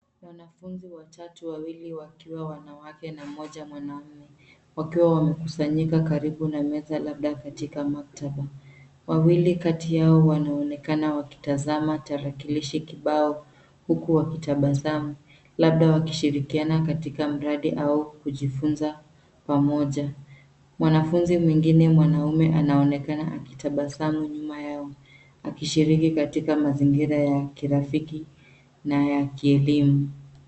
Wanafunzi watatu, wawili wakiwa wanawake na mmoja mwanaume, wakiwa wamekusanyika karibu na meza labda katika maktaba. Wawili kati yao wanaonekana wakitazama tarakilishi kibao huku wakitabasamu, labda wakishirikiana katika mradhi au kujifunza pamoja. Mwanafunzi mwengine mwanaume anaonekana akitabasamu nyuma yao, akishiriki katika mazingira ya kirafiki na ya kielimu.